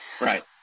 Right